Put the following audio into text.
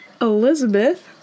Elizabeth